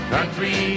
Country